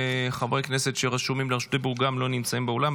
חברי הכנסת שרשומים לבקשות דיבור גם הם לא נמצאים באולם,